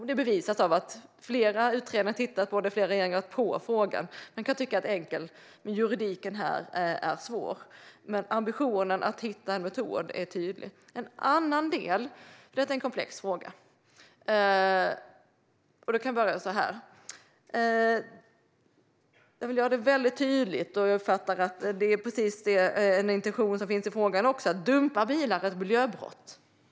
Det bevisas av att flera utredningar och regeringar har tittat på frågan. Den kan tyckas enkel, men juridiken är svår. Men ambitionen att hitta en metod är tydlig. Detta är en komplex fråga. Jag vill göra tydligt - och jag uppfattar att den intentionen finns i frågan - att dumpning av bilar är ett miljöbrott.